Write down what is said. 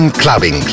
clubbing